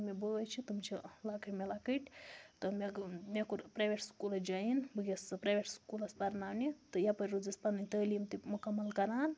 یِم مےٚ بٲے چھِ تِم چھِ لۄکٕٹۍ مےٚ لۄکٕٹۍ تہٕ مےٚ گوٚو مےٚ کوٚر پرایویٹ سکوٗلَس جوین بہٕ گٔیَس پرٛایویٹ سکوٗلَس پرناونہِ تہٕ یَپٲرۍ روٗزٕس پَنٕںۍ تٲلیٖم تہِ مُکمل کَران